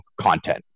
content